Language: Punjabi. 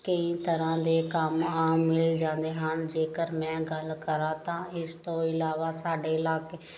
ਕਈ ਤਰ੍ਹਾਂ ਦੇ ਕੰਮ ਆਮ ਮਿਲ ਜਾਂਦੇ ਹਨ ਜੇਕਰ ਮੈਂ ਗੱਲ ਕਰਾਂ ਤਾਂ ਇਸ ਤੋਂ ਇਲਾਵਾ ਸਾਡੇ ਇਲਾਕੇ